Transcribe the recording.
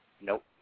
Nope